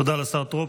(חותם על ההצהרה) תודה לשר טרופר.